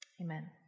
Amen